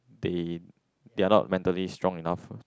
they they're not mentally strong enough